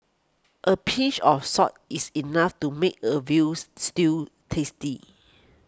a pinch of salt is enough to make a veal stew tasty